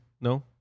No